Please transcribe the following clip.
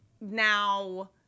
now